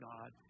God